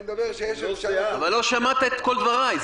אני מדבר על זה שיש אפשרות --- אבל לא שמעת את כל דבריי,